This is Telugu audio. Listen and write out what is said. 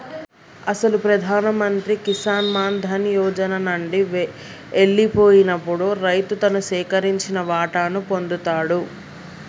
అసలు ప్రధాన మంత్రి కిసాన్ మాన్ ధన్ యోజన నండి ఎల్లిపోయినప్పుడు రైతు తను సేకరించిన వాటాను పొందుతాడు